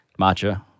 Matcha